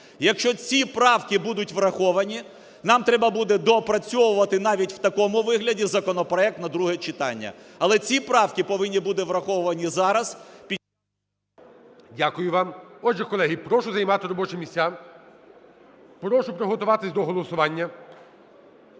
Якщо ці правки будуть враховані, нам треба буде доопрацьовувати навіть у такому вигляді законопроект на друге читання. Але ці правки повинні будуть враховані зараз, під … ГОЛОВУЮЧИЙ. Дякую вам. Отже, колеги, прошу займати робочі місця, прошу приготуватися до голосування.